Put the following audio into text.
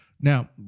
Now